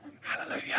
hallelujah